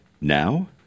now